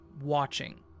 watching